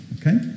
Okay